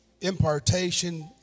impartation